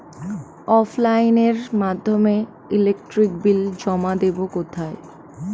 অফলাইনে এর মাধ্যমে ইলেকট্রিক বিল জমা দেবো কোথায়?